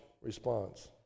response